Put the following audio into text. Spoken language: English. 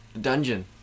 dungeon